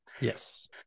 Yes